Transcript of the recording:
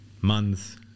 months